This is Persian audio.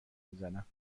میزنم